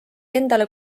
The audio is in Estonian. endale